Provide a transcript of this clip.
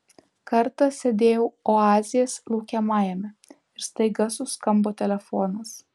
kartą sėdėjau oazės laukiamajame ir staiga suskambo telefonas